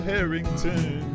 Harrington